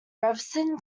revson